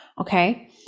okay